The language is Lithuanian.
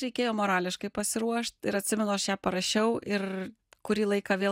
reikėjo morališkai pasiruošt ir atsimenu aš ją parašiau ir kurį laiką vėl